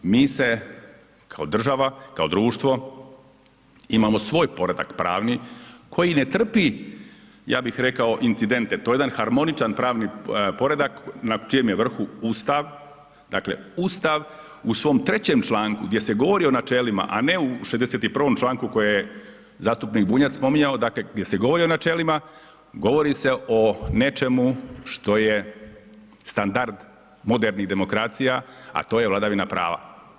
Mi se kao država, kao društvo imamo svoj poredak pravni koji ne trpi ja bih rekao incidente, to je jedan harmonični pravni poredak na čijem je vrhu Ustav, dakle Ustav u svom 3. članku gdje se govori o načelima, a ne u 61. članku koji je zastupnik Bunjac spominjao, dakle gdje se govori o načelima, govori se o nečemu što je standard modernih demokracija, a to je vladavina prava.